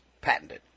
patented